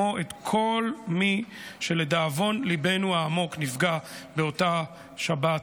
כמו את כל מי שלדאבון ליבנו העמוק נפגע באותה שבת